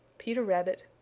peter rabbit,